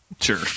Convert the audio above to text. sure